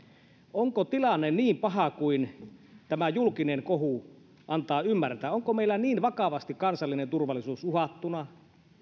onko tilanne niin paha kuin tämä julkinen kohu antaa ymmärtää onko meillä niin vakavasti kansallinen turvallisuus uhattuna